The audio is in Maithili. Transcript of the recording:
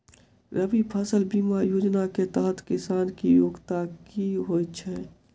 रबी फसल बीमा योजना केँ तहत किसान की योग्यता की होइ छै?